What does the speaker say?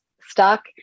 stuck